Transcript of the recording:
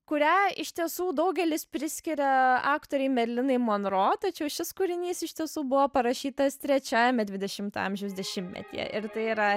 kurią iš tiesų daugelis priskiria aktorei merlinai monro tačiau šis kūrinys iš tiesų buvo parašytas trečiajame dvidešimto amžiaus dešimtmetyje ir tai yra